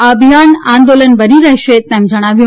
આ અભિયાન આંદોલન બની રહેશે તેમ જણાવ્યું